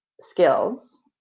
skills